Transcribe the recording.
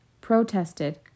protested